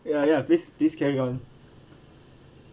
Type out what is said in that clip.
ya ya please please carry on